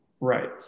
Right